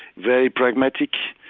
very pragmatic.